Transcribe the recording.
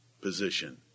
position